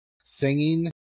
singing